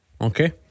Okay